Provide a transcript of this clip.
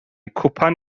cwpan